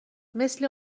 مثل